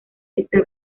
esta